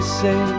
say